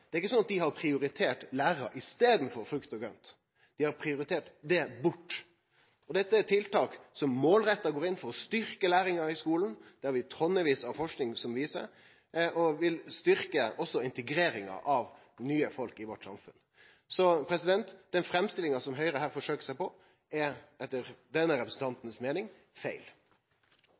Det er ikkje sånn at dei har prioritert lærarar i staden for frukt og grønt – dei har priortert det bort. Dette er tiltak der ein målretta går inn for å styrkje læringa i skulen – det har vi tonnevis av forsking som viser – og integreringa av nye folk i samfunnet vårt. Den framstillinga som Høgre her forsøkjer seg på, er – etter denne representantens meining – feil.